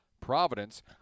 Providence